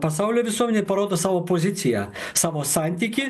pasaulio visuomenei parodo savo poziciją savo santykį